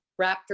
Raptor